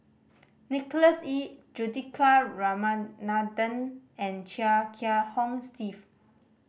Nicholas Ee Juthika Ramanathan and Chia Kiah Hong Steve